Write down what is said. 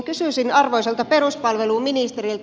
kysyisin arvoisalta peruspalveluministeriltä